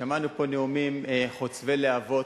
שמענו פה נאומים חוצבי להבות,